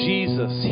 Jesus